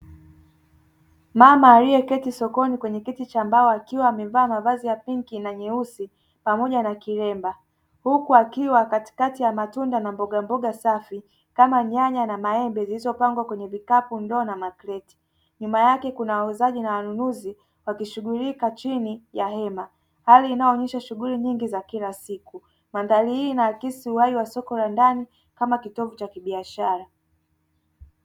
Mama aliyeketi sokoni kwenye kiti cha mbao akiwa amevaa mavazi ya pinki na nyeusi pamoja na kilemba. Huku akiwa katikati ya matunda na mbogamboga safi kama nyanya na maembe zilizopangwa kwenye vikapu, ndoo na makreti. Nyuma yake kuna wauzaji na wanunuzi wakishuguliika chini ya hema. Hali inaonyesha shughuli nyingi za kila siku. Mandhari hii inaakisi uhai wa soko la ndani kama kitovu cha kibiashara.